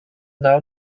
now